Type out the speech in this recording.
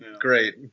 great